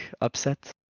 upset